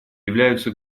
являются